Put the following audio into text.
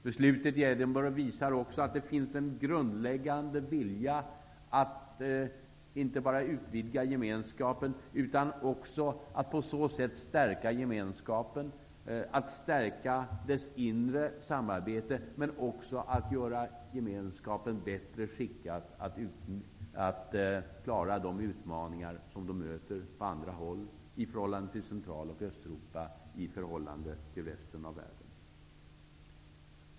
Beslutet i Edinburgh visar också att det finns en grundläggande vilja att inte bara utvidga Gemenskapen, utan att också på så sätt stärka Gemenskapens inre samarbete och även göra Gemenskapen bättre skickad att klara de utmaningar som man möter på andra håll, i förhållande till Central och Östeuropa och i förhållande till resten av världen.